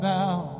now